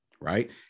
right